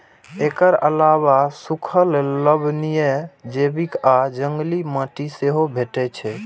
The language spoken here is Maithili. एकर अलावे सूखल, लवणीय, जैविक आ जंगली माटि सेहो भेटै छै